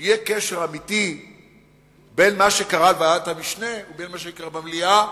שיהיה קשר אמיתי בין מה שקרה בוועדת המשנה לבין מה שיקרה במליאה,